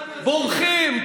בורחים.